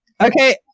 Okay